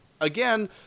again